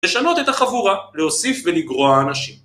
לשנות את החבורה, להוסיף ולגרוע אנשים